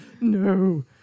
No